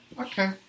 Okay